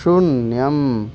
शून्यम्